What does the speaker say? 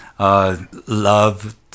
Love